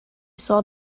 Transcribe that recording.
saw